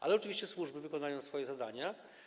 Ale oczywiście służby wykonają swoje zadania.